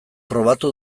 probatu